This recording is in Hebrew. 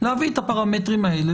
להביא את הפרמטרים האלה,